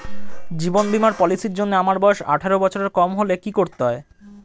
জীবন বীমা পলিসি র জন্যে আমার বয়স আঠারো বছরের কম হলে কি করতে হয়?